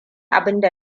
abinda